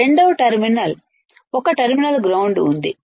రెండవ టెర్మినల్ ఒక terminal ground ఉంది